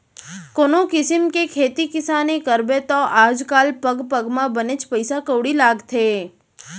कोनों किसिम के खेती किसानी करबे तौ आज काल पग पग म बनेच पइसा कउड़ी लागथे